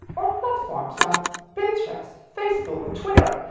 or platforms like pinterest, facebook, or twitter,